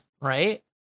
right